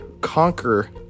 conquer